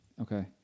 Okay